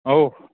औ